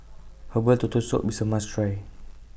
Herbal Turtle Soup IS A must Try